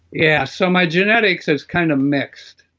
yeah. so my genetics is kind of mixed.